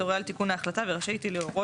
תורה על תיקון ההחלטה ורשאית היא להורות,